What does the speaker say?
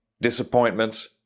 disappointments